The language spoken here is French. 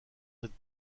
cette